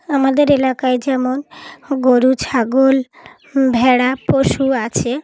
আমাদের এলাকায় যেমন গরু ছাগল ভেড়া পশু আছে